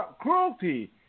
cruelty